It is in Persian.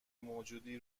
موجودی